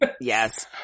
Yes